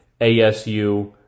ASU